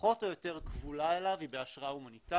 שפחות או יותר כבולה אליו, היא בהשראה הומניטרית.